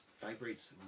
vibrates